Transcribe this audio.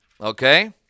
Okay